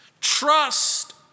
Trust